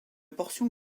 portion